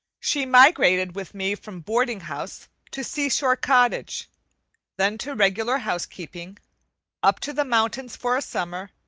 she migrated with me from boarding-house to sea-shore cottage then to regular housekeeping up to the mountains for a summer,